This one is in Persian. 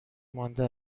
مانده